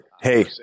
Hey